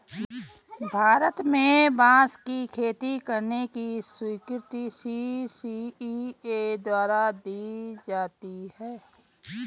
भारत में बांस की खेती करने की स्वीकृति सी.सी.इ.ए द्वारा दी जाती है